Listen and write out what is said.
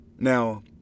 Now